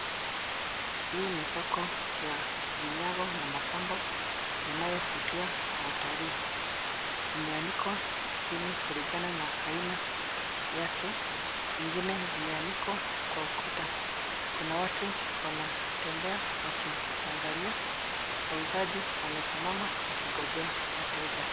Hii ni soko ya vinyago na mapambo, yanayovutia watalii, imeanikwa chini kulingana na aina yake. Zingine zimeanikwa kwa ukuta. Kuna watu wanatembea wakiangalia wauzaji wamesimama wakingojea wateja.